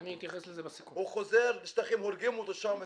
הוא חוזר לשטחים והורגים אותו שם.